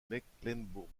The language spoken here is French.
mecklembourg